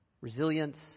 Resilience